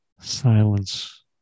silence